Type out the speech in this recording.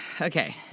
okay